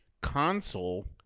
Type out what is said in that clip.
console